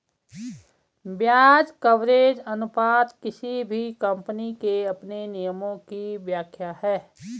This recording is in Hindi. ब्याज कवरेज अनुपात किसी भी कम्पनी के अपने नियमों की व्याख्या है